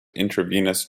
intravenous